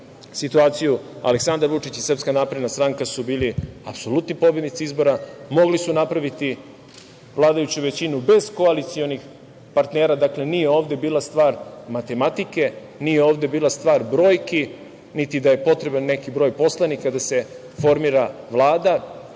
situaciju, Aleksandar Vučić i SNS su bili apsolutni pobednici izbora, mogli su napraviti vladajuću većinu bez koalicionih partnera. Dakle, nije ovde bila stvar matematike, nije ovde bila stvar brojki, niti da je potreban neki broj poslanika da se formira Vlada,